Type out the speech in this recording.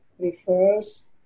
refers